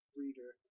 reader